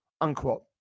unquote